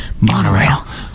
Monorail